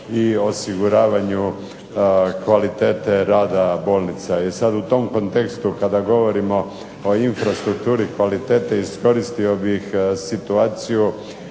i osiguravanju kvalitete rada bolnica. I sad u tom kontekstu kada govorimo o infrastrukturi kvalitete iskoristio bih situaciju